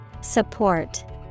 Support